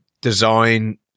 design